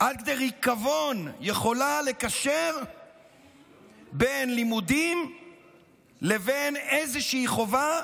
עד כדי ריקבון יכולה לקשר בין לימודים לבין איזושהי חובה,